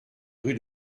rue